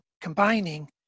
combining